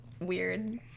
weird